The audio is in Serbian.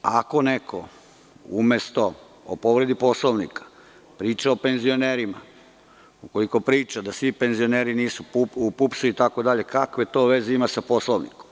Ako neko umesto o povredi Poslovnika priča o penzionerima, ukoliko priča da svi penzioneri nisu u PUPS itd, kakve to veze ima sa Poslovnikom.